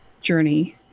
journey